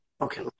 Okay